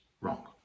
wrong